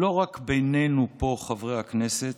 לא רק בינינו פה חברי הכנסת,